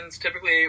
typically